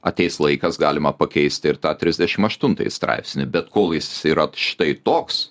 ateis laikas galima pakeisti ir tą trisdešim aštuntąjį straipsnį bet kol jis yra štai toks